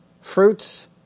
fruits